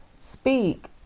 speak